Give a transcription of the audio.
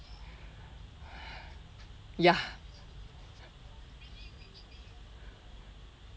ya